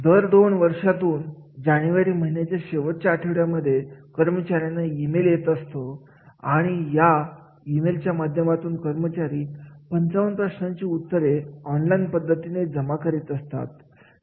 दर दोन वर्षातून जानेवारीच्या शेवटच्या आठवड्यामध्ये कर्मचाऱ्यांना ई मेल येत असतो आणि या ईमेलच्या माध्यमातून कर्मचारी 55 प्रश्नांची उत्तरे ऑनलाइन पद्धतीने जमा करीत असतात